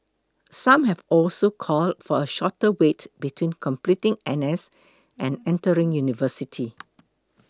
some have also called for a shorter wait between completing N S and entering university